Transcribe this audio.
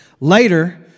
later